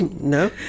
No